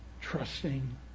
trusting